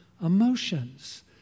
emotions